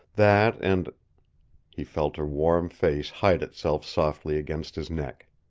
that and he felt her warm face hide itself softly against his neck.